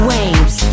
Waves